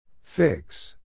Fix